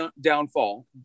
downfall